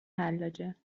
حلاجه